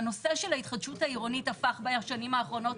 והנושא של ההתחדשות העירונית הפך בשנים האחרונות